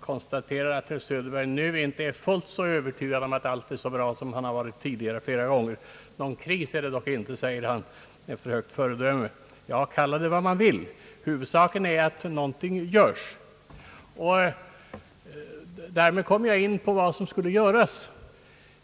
konstaterar att herr Söderberg nu inte är fullt så övertygad som tidigare om att allt är bra. Någon kris är det dock inte, säger han efter högt föredöme. Kalla det vad man vill. Huvudsaken är att någonting görs. Därmed kommer jag in på vad som bör göras.